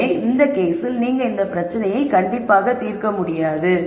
எனவே இந்த கேஸில் நீங்கள் இந்த பிரச்சினைகளை தீர்க்க முடியாது